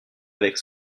avec